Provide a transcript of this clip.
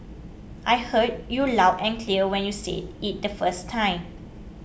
I heard you loud and clear when you said it the first time